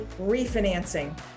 refinancing